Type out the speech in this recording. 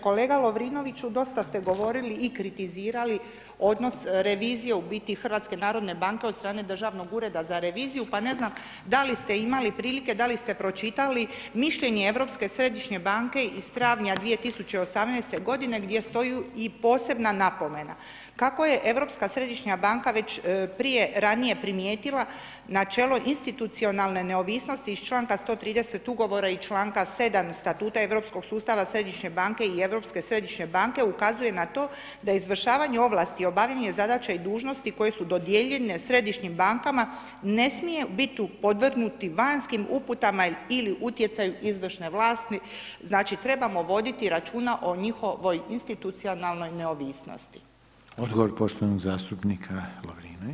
Kolega Lovrinoviću, dosta ste govorili i kritizirali odnos revizije u biti, HNB-a od strane državnog ureda za reviziju, pa ne znam, da li ste imali prilike, da li ste pročitali mišljenje Europske središnje banke iz travnja 2018. godine gdje stoji i posebna napomena, kako je Europska središnja banka već prije ranije primijetila, na čelu institucionalne neovisnosti iz čl. 130 Ugovora i čl. 7 Statuta europskog sustava središnje banke i Europske središnje banke ukazuje na to da izvršavanje ovlasti i obavljanje zadaća i dužnosti koje su dodijeljene središnjim bankama, ne smiju biti podvrgnuti vanjskim uputama ili utjecaju izvršne vlasti, znači, trebamo voditi računa o njihovoj institucionalnoj neovisnosti.